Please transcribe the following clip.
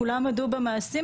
כולם הודו במעשים,